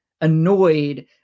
annoyed